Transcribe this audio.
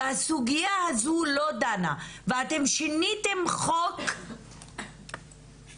והסוגיה הזו לא דנה ואתם שיניתם חוק בהיסח